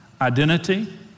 identity